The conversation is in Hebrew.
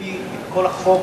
מה שאני אמרתי לך.